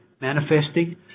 manifesting